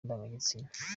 ndangagitsina